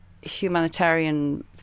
humanitarian